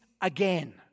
again